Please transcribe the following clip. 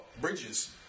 bridges